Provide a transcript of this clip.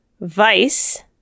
Vice